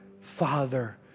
father